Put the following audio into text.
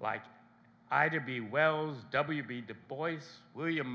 like i did b wells w b the boys william